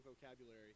vocabulary